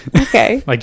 Okay